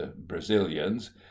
Brazilians